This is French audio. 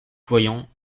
voyant